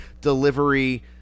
delivery